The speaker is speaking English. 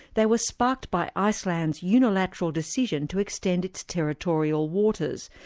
they were sparked by iceland's unilateral decision to extend its territorial waters,